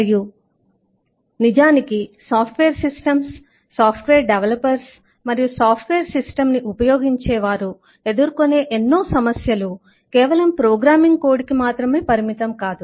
మరియు నిజానికి software systems software developers మరియు సాఫ్ట్ వేర్ సిస్టం ని ఉపయోగించేవారు ఎదుర్కొనే ఎన్నో సమస్యలు కేవలం ప్రోగ్రామింగ్ కోడ్ కి మాత్రమే పరిమితం కాదు